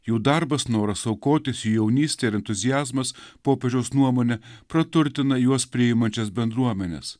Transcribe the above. jų darbas noras aukotis jų jaunystė ir entuziazmas popiežiaus nuomone praturtina juos priimančias bendruomenes